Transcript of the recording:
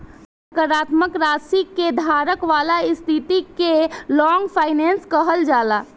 सकारात्मक राशि के धारक वाला स्थिति के लॉन्ग फाइनेंस कहल जाला